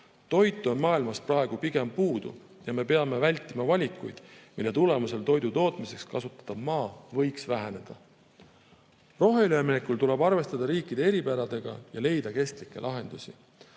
Toitu on maailmas praegu pigem puudu ja me peame vältima valikuid, mille tulemusel toidutootmiseks kasutatav maa võiks väheneda. Roheüleminekul tuleb arvestada riikide eripäradega ja leida kestlikke lahendusi.